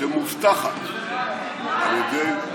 שמובטחת על ידי,